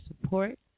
support